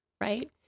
right